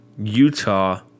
Utah